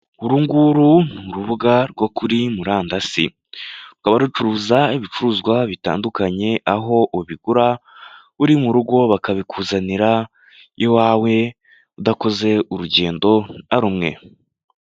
Uru nguru ni urubuga rwo kuri murandasi, rukaba rucuruza ibicuruzwa bitandukanye, aho ubigura uri mu rugo bakabikuzanira iwawe udakoze urugendo na rumwe.